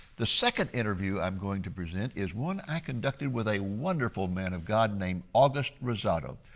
the second interview i am going to present is one i conducted with a wonderful man of god named august rosado.